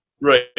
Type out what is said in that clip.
Right